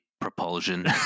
propulsion